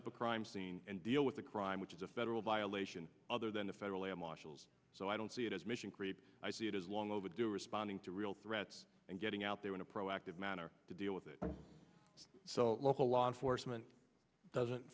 up a crime scene and deal with the crime which is a federal violation other than the federal air marshals so i don't see it as mission creep i see it as long overdue responding to real threats and getting out there in a proactive manner to deal with it so local law enforcement doesn't